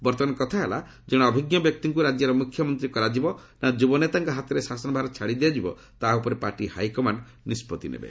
ବର୍ତ୍ତମାନ କଥାହେଲା ଜଣେ ଅଭିଜ୍ଞ ବ୍ୟକ୍ତିଙ୍କୁ ରାଜ୍ୟର ମୁଖ୍ୟମନ୍ତ୍ରୀ କରାଯିବ ନା ଯୁବନେତାଙ୍କ ହାତରେ ଶାସନ ଭାର ଛାଡିଦିଆଯିବ ତାହା ଉପରେ ପାର୍ଟି ହାଇକମାଣ୍ଡ ନିଷ୍ପତ୍ତି ନେବେ